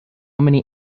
many